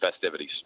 festivities